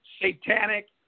satanic